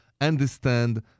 understand